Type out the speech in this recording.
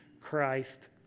Christ